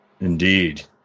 Indeed